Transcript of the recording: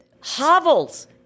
Hovels